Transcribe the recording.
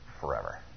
forever